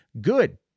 good